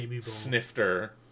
snifter